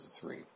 three